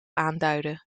aanduiden